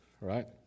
right